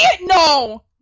No